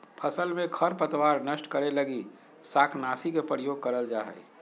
फसल में खरपतवार नष्ट करे लगी शाकनाशी के प्रयोग करल जा हइ